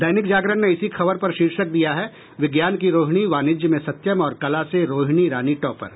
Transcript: दैनिक जागरण ने इसी खबर पर शीर्षक दिया है विज्ञान की रोहिणी वाणिज्य में सत्यम व कला से रोहिणी रानी टॉपर